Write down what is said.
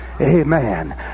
amen